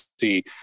see